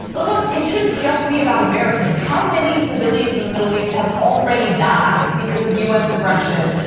but look, it shouldn't just be about americans, how many civilians in the middle east have already died because of us aggression?